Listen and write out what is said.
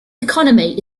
economy